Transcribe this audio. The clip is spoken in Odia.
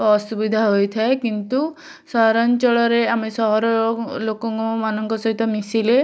ଅସୁବିଧା ହୋଇଥାଏ କିନ୍ତୁ ସହରାଞ୍ଚଳରେ ଆମେ ସହରର ଲୋକଙ୍କ ମାନଙ୍କ ସହିତ ମିଶିଲେ